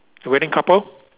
the wedding couple